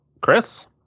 Chris